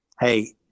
Hey